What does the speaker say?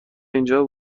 اینجا